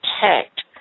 protect